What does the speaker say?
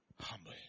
humble